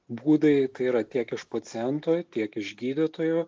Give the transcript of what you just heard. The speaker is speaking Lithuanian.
būdai yra tiek iš pacientų tiek iš gydytojų